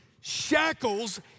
shackles